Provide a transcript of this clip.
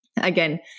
again